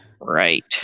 Right